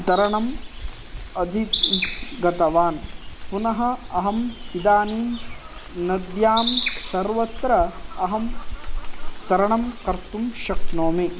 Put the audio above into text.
तरणम् अधि गतवान् पुनः अहम् इदानीं नद्यां सर्वत्र अहं तरणं कर्तुम् शक्नोमि